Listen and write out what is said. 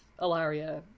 Alaria